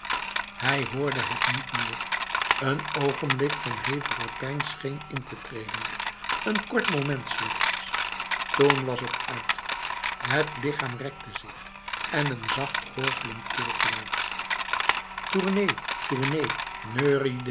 hij hoorde het niet meer een ogenblik van hevige pijn scheen in te treden een kort moment slechts toen was het uit het lichaam rekte zich en een zacht gorgelend keelgeluid tournez tournez neuriede